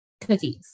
Cookies